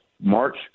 March